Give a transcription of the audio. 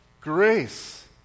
grace